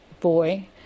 boy